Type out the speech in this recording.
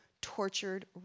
tortured